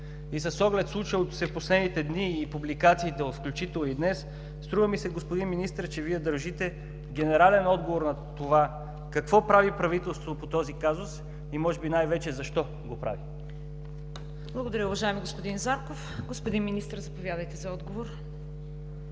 И с оглед случилото се в последните дни и публикациите, включително и днес, струва ми се, господин Министър, че Вие дължите генерален отговор на това: какво прави правителството по този казус и може би най-вече, защо го прави? ПРЕДСЕДАТЕЛ ЦВЕТА КАРАЯНЧЕВА: Благодаря, уважаеми господин Зарков. Господин Министър, заповядайте за отговор.